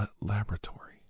laboratory